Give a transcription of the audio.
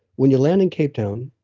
when you land in cape town,